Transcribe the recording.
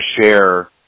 share